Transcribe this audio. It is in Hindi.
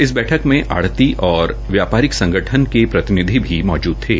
इस बैठक में आढ़ती और व्यापारिक संगठन के प्रतिनिधि भी मौजूद थे